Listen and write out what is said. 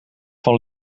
van